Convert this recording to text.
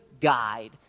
guide